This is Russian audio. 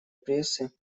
прессы